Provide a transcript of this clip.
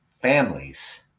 families